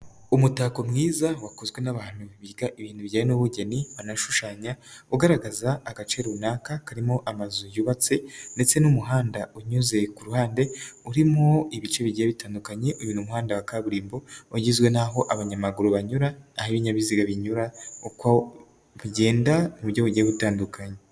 Umutako mwiza wakozwe n'abantu biga ibintu bijyanye n'ubugeni banabishushanya ugaragaza agace runaka karimo amazu yubatse ndetse n'umuhanda unyuze ku ruhande urimo ibice bigera bitandukanye uyu muhanda wa kaburimbo wagizwe n naho abanyamaguru banyura, aho ibinyabiziga binyura, uko bigenda mu buryo bugiye butandukanye.